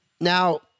Now